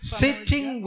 sitting